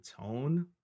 tone